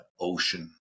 ocean